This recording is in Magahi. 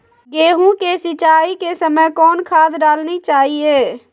गेंहू के सिंचाई के समय कौन खाद डालनी चाइये?